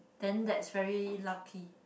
then that's very lucky